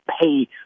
pay